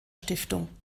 stiftung